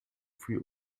für